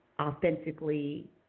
authentically